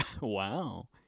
Wow